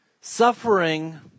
Suffering